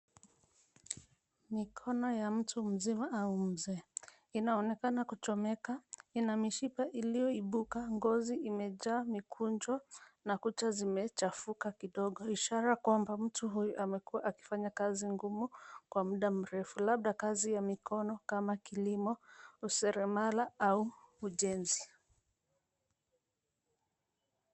Mikono ya mtu mzima au mzee. Inaonekana kuchomeka. Ina mishipa ilio ibuka ngozi imejaa mikunjo na kucha zimechafuka kidogo. Ishara kwamba mtu huyu amekua akifanya kazi ngumu kwa muda mrefu. Labda kazi ya mikono kama kilimo useremala au ujenzi.